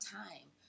time